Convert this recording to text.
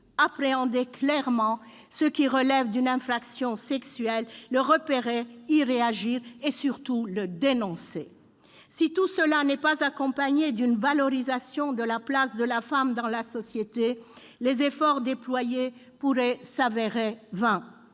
appréhender clairement ce qui relève d'une infraction sexuelle, le repérer, y réagir et surtout le dénoncer. Si tout cela n'est pas accompagné d'une valorisation de la place de la femme dans la société, les efforts déployés pourraient se révéler vains.